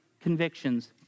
convictions